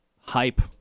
hype